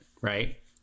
right